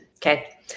Okay